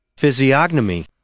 physiognomy